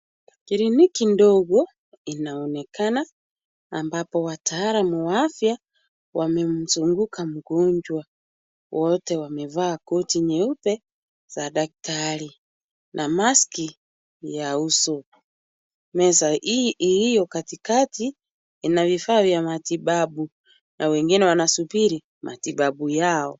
Kliniki ndogo inaonekana ambapo wataalam wa afya wamemzunguka mgonjwa. Wote wamevaa koti nyeupe za daktari na mask ya uso. Meza hii iliyo katikati ina vifaa vya matibabu na wengine wanasubiri matibabu yao.